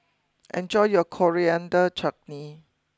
enjoy your Coriander Chutney